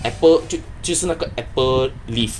apple 就就是那个 apple leaf